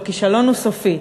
הכישלון הוא סופי.